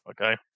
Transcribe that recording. okay